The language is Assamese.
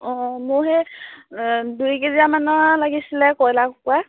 অঁ মোৰ সেই দুই কেজিয়ামানৰ লাগিছিলে কয়লাৰ কুকুৰা